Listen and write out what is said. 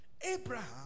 Abraham